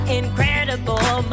incredible